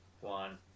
one